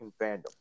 fandom